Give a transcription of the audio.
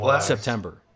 September